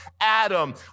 Adam